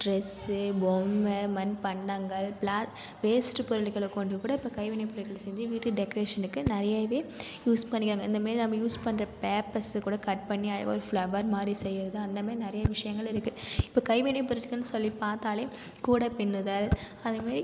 dress பொம்மை மண் பாண்டங்கள் பிளா வேஸ்ட்டு பொருள்களை கொண்டு கூட இப்போ கைவினைப்பொருட்கள் செஞ்சு வீட்டு டெக்ரேஷனுக்கு நிறையவே யூஸ் பண்ணிக்கிறாங்கள் இந்தமாரி நம்ம யூஸ் பண்ணுற பேப்பர்ஸில் கூட கட் பண்ணி அழகாக ஒரு ஃபிளவர்மாதிரி செய்கிறது அந்தமாரி நிறைய விஷயங்கள் இருக்குது இப்போ கைவினைப்பொருட்கள்னு சொல்லி பார்த்தாலே கூடை பின்னுதல் அதேமாரி